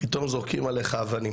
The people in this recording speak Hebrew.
פתאום זורקים עליך אבנים